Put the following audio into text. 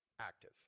active